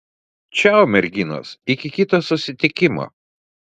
čiau merginos iki kito susitikimo